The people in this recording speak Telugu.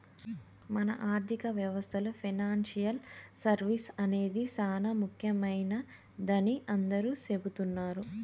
మన ఆర్థిక వ్యవస్థలో పెనాన్సియల్ సర్వీస్ అనేది సానా ముఖ్యమైనదని అందరూ సెబుతున్నారు